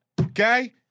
Okay